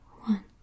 one